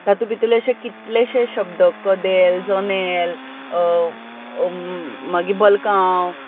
तातूंत भितरलें अशे कितलेशे शब्द कदेल जनेल मागीर बल्कांव